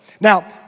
Now